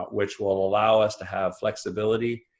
which will allow us to have flexibility